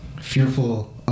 fearful